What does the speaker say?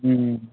ও ও